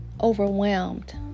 overwhelmed